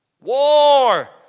war